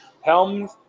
Helms